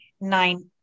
Nine